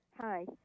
Hi